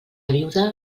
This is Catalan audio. viuda